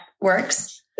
works